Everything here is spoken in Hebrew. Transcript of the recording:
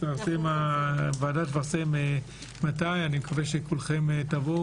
הוועדה תפרסם מועד ואני מקווה שכולכם תבואו